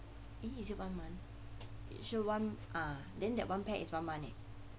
eh is it one month issue one ah then that one pair is one month eh